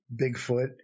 Bigfoot